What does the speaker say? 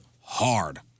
hard